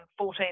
14